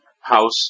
house